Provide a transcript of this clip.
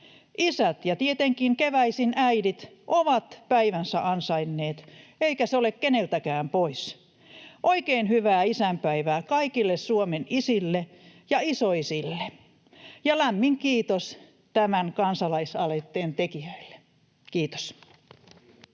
Isät ja tietenkin keväisin äidit ovat päivänsä ansainneet, eikä se ole keneltäkään pois. Oikein hyvää isänpäivää kaikille Suomen isille ja isoisille! Ja lämmin kiitos tämän kansalaisaloitteen tekijöille. — Kiitos.